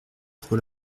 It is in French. trop